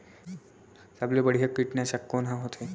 सबले बढ़िया कीटनाशक कोन ह होथे?